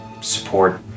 support